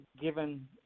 Given